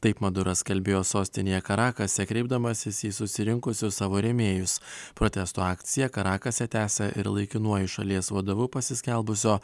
taip maduras kalbėjo sostinėje karakase kreipdamasis į susirinkusius savo rėmėjus protesto akciją karakase tęsia ir laikinuoju šalies vadovu pasiskelbusio